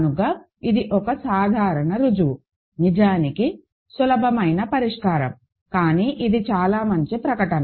కనుక ఇది ఒక సాధారణ రుజువు నిజానికి సులభమైన పరిష్కారం కానీ ఇది చాలా మంచి ప్రకటన